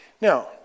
Now